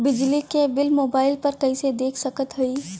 बिजली क bill mobile पर कईसे देख सकत हई?